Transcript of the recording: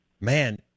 Man